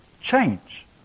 change